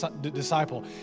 disciple